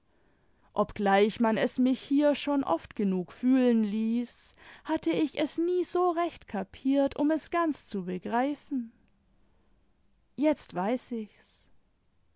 obgleich man es mich hier schon oft genug fühlen ließ hatte ich es nie so recht kapiert um es ganz zu begreifen jetzt weiß ich's